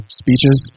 speeches